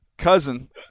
cousin